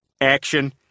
Action